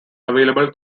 available